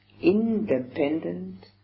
independent